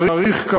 צריך,